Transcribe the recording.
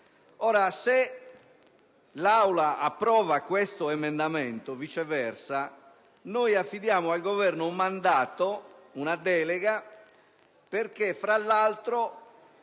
Se l'Assemblea approva questo emendamento, viceversa, noi affidiamo al Governo un mandato, una delega perché fra l'altro